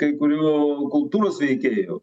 kai kurių kultūros veikėjų